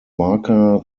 barker